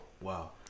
Wow